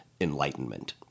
enlightenment